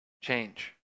change